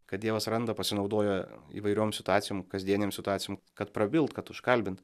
kad dievas randa pasinaudoja įvairiom situacijom kasdienėm situacijom kad prabilt kad užkalbint